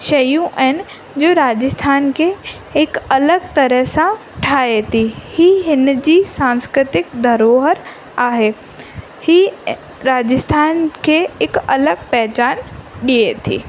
शयूं आहिनि जो राजस्थान खे हिकु अलॻि तरह सां ठाहे थी हीउ हिन जी सांस्कृतिक दरोहर आहे हीउ राजस्थान खे हिकु अलॻि पहचान ॾिए थी